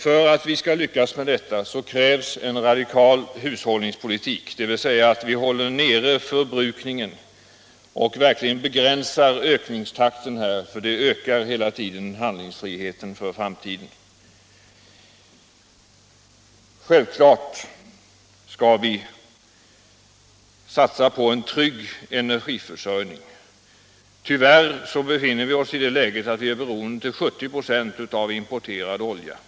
För att vi skall lyckas med detta krävs en radikal hushållningspolitik, dvs. att vi håller nere förbrukningen och verkligen begränsar ökningstakten. Det ökar då hela tiden handlingsfriheten för framtiden. Självklart skall vi satsa på en trygg energiförsörjning. Tyvärr befinner vi oss i det läget att vi till 70 96 är beroende av importerad olja.